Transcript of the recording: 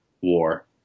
War